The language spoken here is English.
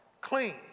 Clean